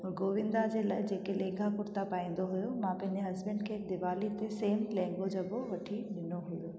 गोविंदा जे लाइ जेके लहंगा कुर्ता पाईंदो हुओ मां पंहिंजे हस्बैंड खे दिवाली ते सेम लहंगो जगो वठी ॾिनो हुओ